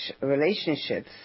relationships